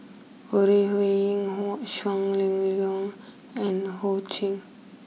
Ore Huiying Shang Liuyun and Ho Ching